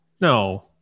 no